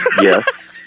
Yes